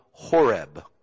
Horeb